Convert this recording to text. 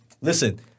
listen